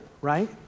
right